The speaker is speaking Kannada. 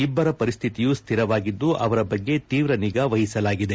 ಇಬ್ಬರ ಪರಿಸ್ತಿತಿಯೂ ಸ್ಥಿರವಾಗಿದ್ದು ಅವರ ಬಗ್ಗೆ ತೀವ್ರ ನಿಗಾ ವಹಿಸಲಾಗಿದೆ